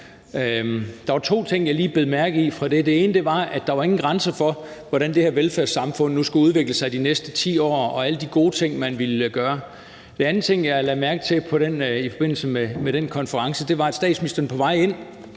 Der var to ting, jeg lige bed mærke i der. Det ene var, at der ingen grænser var for, hvordan det her velfærdssamfund nu skulle udvikle sig de næste 10 år, og for alle de gode ting, man ville gøre. Den anden ting, jeg lagde mærke til i forbindelse med den konference, var, at statsministeren på vej ind